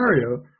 scenario